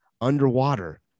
underwater